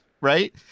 right